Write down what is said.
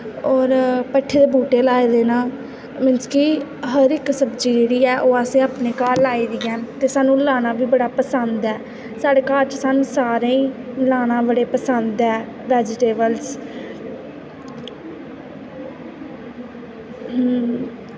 होर पट्ठे दे बूह्टे लाए द न मतलब कि हर इक सब्जी जेह्ड़ी ऐ ओह् असें लाई दी ऐ ते सानूं लाना बी बड़ा पसंद ऐ साढ़े घर च सानूं सारें गी लाना बड़े पसंद ऐ बैजिटेवल्स